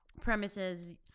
premises